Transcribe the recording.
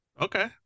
okay